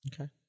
Okay